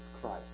Christ